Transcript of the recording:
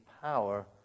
power